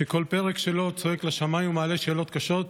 שכל פרק שלו צועק לשמיים ומעלה שאלות קשות.